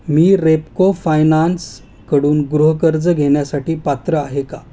मी Repco फायनान्सकडून गृहकर्ज घेण्यासाठी पात्र आहे का